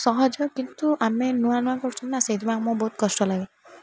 ସହଜ କିନ୍ତୁ ଆମେ ନୂଆ ନୂଆ କରୁଛୁ ନା ସେଇଥିପାଇଁ ଆମର ବହୁତ କଷ୍ଟ ଲାଗେ